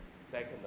second